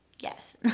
Yes